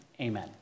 Amen